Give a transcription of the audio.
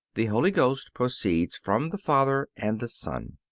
the holy ghost proceeds from the father and the son.